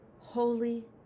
holy